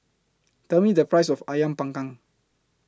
Tell Me The Price of Ayam Panggang